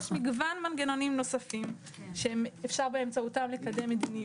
יש מגוון מנגנונים נוספים שאפשר באמצעותם לקדם מדיניות.